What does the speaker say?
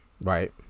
right